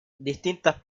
distintas